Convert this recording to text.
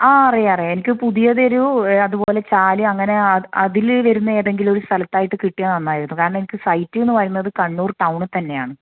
ആ അറിയാം അറിയാം എനിക്ക് പുതിയതൊരു അതുപോലെ ചാല് അങ്ങനെ അതില് വരുന്ന ഏതെങ്കിലും ഒരു സ്ഥലത്തായിട്ട് കിട്ടിയാൽ നന്നായിരുന്നു കാരണം എനിക്ക് സൈറ്റ് എന്ന് പറയുന്നത് കണ്ണൂർ ടൌൺ തന്നെയാണ്